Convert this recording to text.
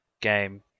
game